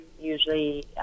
usually